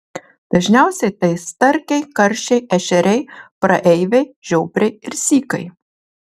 dažniausiai tai starkiai karšiai ešeriai praeiviai žiobriai ir sykai